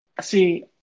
See